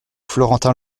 florentin